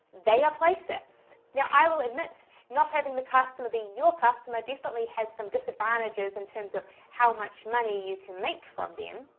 they are placeit's. now i will admit, not having the customer be your customer definitely has some disadvantages in terms of how much money you can make from them.